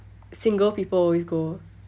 single people always go